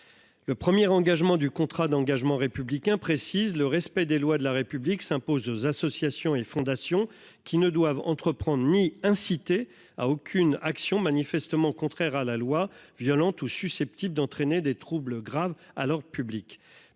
Le premier engagement du contrat d'engagement républicain précise le respect des lois de la République s'imposent aux associations et fondations qui ne doivent entreprendre ni incité à aucune action manifestement contraire à la loi violente ou susceptibles d'entraîner des troubles graves à l'ordre public